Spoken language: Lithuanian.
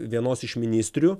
vienos iš ministrių